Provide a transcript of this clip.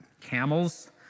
camels